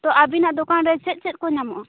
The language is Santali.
ᱛᱳ ᱟᱹᱵᱤᱱᱟᱜ ᱫᱚᱠᱟᱱ ᱨᱮ ᱪᱮᱫ ᱪᱮᱫ ᱠᱚ ᱧᱟᱢᱚᱜᱼᱟ